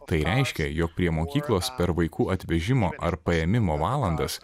tai reiškia jog prie mokyklos per vaikų atvežimo ar paėmimo valandas